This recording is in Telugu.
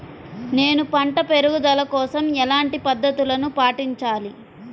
నేను పంట పెరుగుదల కోసం ఎలాంటి పద్దతులను పాటించాలి?